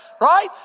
right